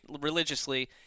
religiously